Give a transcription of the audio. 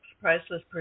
Priceless